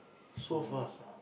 so fast lah